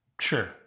Sure